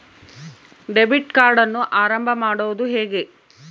Debit ಕಾರ್ಡನ್ನು ಆರಂಭ ಮಾಡೋದು ಹೇಗೆ?